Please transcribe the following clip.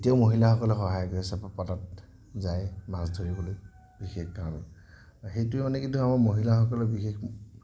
তেতিয়াও মহিলাসকলে সহায় কৰে চেপা পতাত যায় মাছ ধৰিবলৈ বিশেষ কাৰণত আৰু সেইটোৱে মানে কি ধৰ আমাৰ মহিলাসকলে বিশেষকৈ